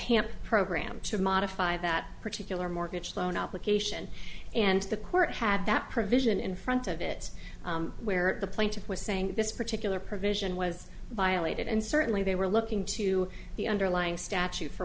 hamp program to modify that particular mortgage loan application and the court had that provision in front of it where the plaintiff was saying that this particular provision was violated and certainly they were looking to the underlying statute for